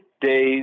days